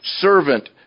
servant